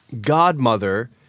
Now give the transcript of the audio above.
godmother